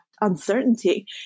uncertainty